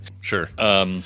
Sure